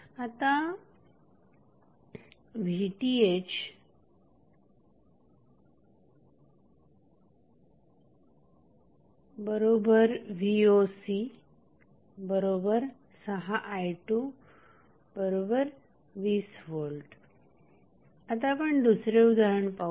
आता Vthvoc6i220V आता आपण दुसरे उदाहरण पाहूया